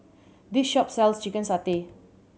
this shop sells chicken satay